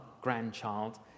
grandchild